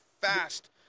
fast